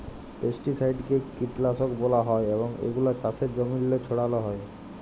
পেস্টিসাইডকে কীটলাসক ব্যলা হ্যয় এবং এগুলা চাষের জমিল্লে ছড়াল হ্যয়